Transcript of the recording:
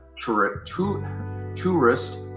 Tourist